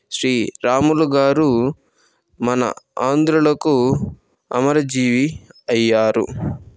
శ్రీరాములు గారు మన ఆంధ్రులకు అమరజీవి అయ్యారు